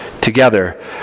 together